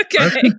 Okay